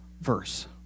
verse